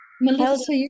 Melissa